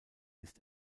ist